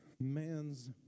man's